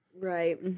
right